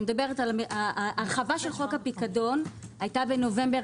ההרחבה של חוק הפיקדון הייתה בנובמבר